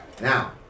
Now